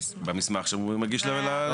במסמך שהוא מגיש לרשות החשמל.